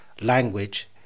language